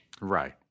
Right